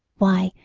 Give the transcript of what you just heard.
why,